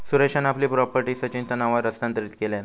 सुरेशान आपली प्रॉपर्टी सचिनच्या नावावर हस्तांतरीत केल्यान